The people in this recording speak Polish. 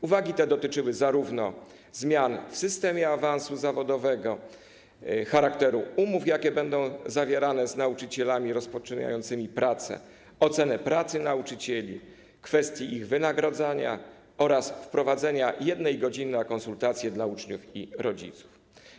Uwagi te dotyczyły zarówno zmian w systemie awansu zawodowego, charakteru umów, jakie będą zawierane z nauczycielami rozpoczynającymi pracę, oceny pracy nauczycieli, kwestii ich wynagradzania oraz wprowadzenia jednej godziny na konsultacje dla uczniów i rodziców.